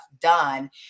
done